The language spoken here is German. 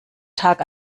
tag